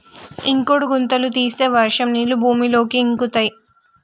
ఇంకుడు గుంతలు తీస్తే వర్షం నీళ్లు భూమిలోకి ఇంకుతయ్